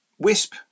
Wisp